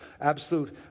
absolute